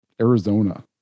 Arizona